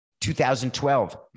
2012